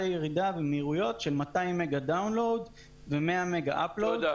ירידה במהירויות של 200 מגה דאון לוד ו-100 מגה אפ לוד.